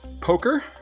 Poker